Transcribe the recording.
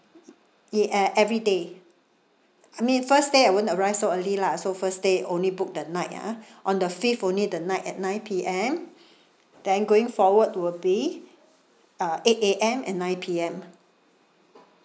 it it uh every day I mean first day I won't arrive so early lah so first day only book the night ah on the fifth only the night at nine P_M then going forward will be uh eight A_M and nine P_M